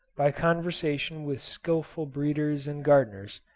by conversation with skilful breeders and gardeners,